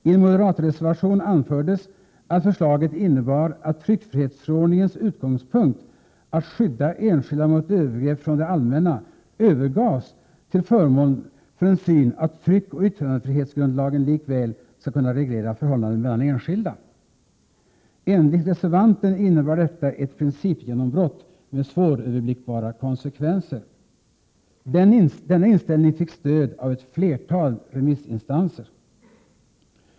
I en moderatreservation anfördes att förslaget innebar att tryckfrihetsförordningens utgångspunkt att skydda enskilda mot övergrepp från det allmänna övergavs till förmån för synpunkten att tryckoch yttrandefrihetsgrundlagen likväl skall kunna reglera förhållanden mellan enskilda. Enligt reservanten innebar detta ett principgenombrott med svåröverblickbara konsekvenser. Denna inställning fick stöd av ett flertal remissinstanser.